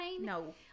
No